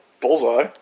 Bullseye